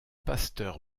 pasteur